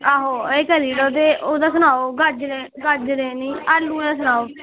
ते एह् करी ओड़ो ते एह् सनाओ ओह्दा सनाओ गाजरें दा आलूऐं दा सनाओ